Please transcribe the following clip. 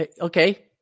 okay